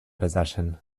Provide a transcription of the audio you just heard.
possession